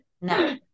No